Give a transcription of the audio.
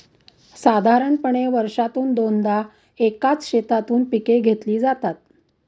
साधारणपणे वर्षातून दोनदा एकाच शेतातून पिके घेतली जातात